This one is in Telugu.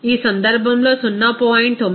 ఈ సందర్భంలో 0